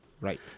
Right